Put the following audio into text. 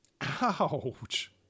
Ouch